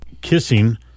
kissing